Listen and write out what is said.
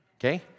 Okay